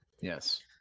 Yes